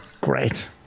Great